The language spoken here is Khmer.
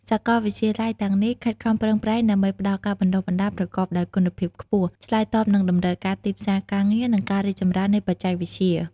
សាកលវិទ្យាល័យទាំងនេះខិតខំប្រឹងប្រែងដើម្បីផ្តល់ការបណ្តុះបណ្តាលប្រកបដោយគុណភាពខ្ពស់ ឆ្លើយតបនឹងតម្រូវការទីផ្សារការងារ និងការរីកចម្រើននៃបច្ចេកវិទ្យា។